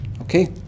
Okay